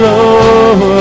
Lord